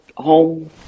home